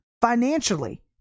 financially